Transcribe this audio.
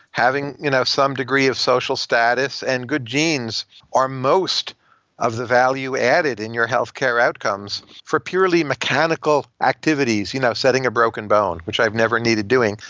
having you know some degree of social status and good genes are most of the value-added in your healthcare outcomes. for purely mechanical activities, you know setting broken bone, which i've never needed doing,